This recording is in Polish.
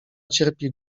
cierpi